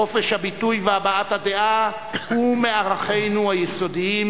חופש הביטוי והבעת הדעה הוא מערכינו היסודיים